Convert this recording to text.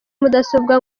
mudasobwa